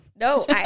No